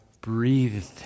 breathed